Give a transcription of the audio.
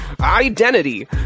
identity